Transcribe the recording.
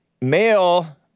Male